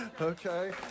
Okay